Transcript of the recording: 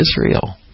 Israel